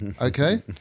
Okay